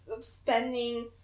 spending